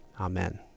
Amen